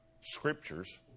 scriptures